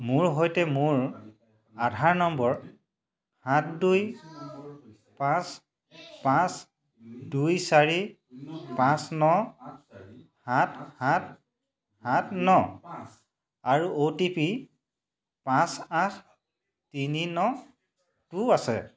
মোৰ সৈতে মোৰ আধাৰ নম্বৰ সাত দুই পাঁচ পাঁচ দুই চাৰি পাঁচ ন সাত সাত সাত ন আৰু অ' টি পি পাঁচ আঠ তিনি নটো আছে